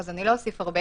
אז אני לא אוסיף הרבה,